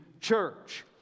church